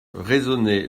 raisonnait